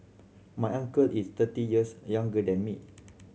my uncle is thirty years younger than me